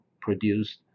produced